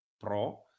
Pro